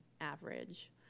average